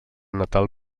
natal